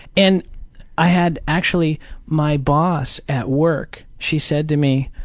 and i had actually my boss at work, she said to me,